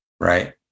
right